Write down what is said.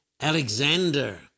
Alexander